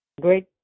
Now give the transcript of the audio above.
Great